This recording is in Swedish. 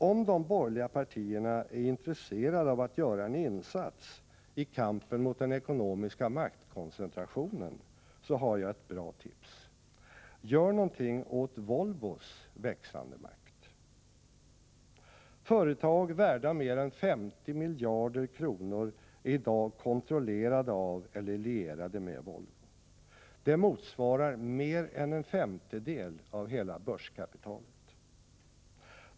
Om de borgerliga partierna är intresserade av att göra en insats i kampen mot den ekonomiska maktkoncentrationen, så har jag ett bra tips: Gör något åt Volvos växande makt! Företag värda mer än 50 miljarder kronor är i dag kontrollerade av eller lierade med Volvo. Det motsvarar mer än en femtedel av hela börskapitalet.